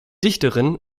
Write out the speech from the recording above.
dichterin